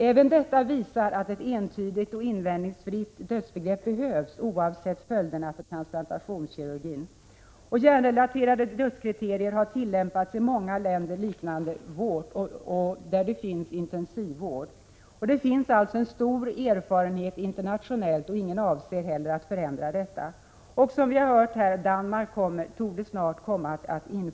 Även detta visar att ett entydigt och invändningsfritt dödsbegrepp behövs, oavsett följderna för transplantationskirurgin. Hjärnrelaterade dödskriterier har tillämpats i många länder liknande vårt och där det finns intensivvård. Det finns alltså en stor erfarenhet internationellt, och ingen avser heller att förändra dessa kriterier. Som vi har hört här torde Danmark snart komma att införa ett hjärnrelaterat dödskriterium.